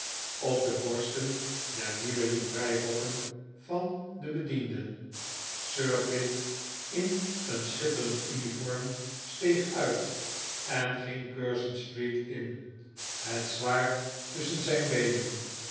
op de borsten der nieuwe livreirokken van de bedienden sir pitt in een schitterend uniform steeg uit en ging curzon street in het zwaard tusschen zijn beenen